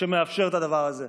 שמאפשר את הדבר הזה.